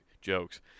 jokes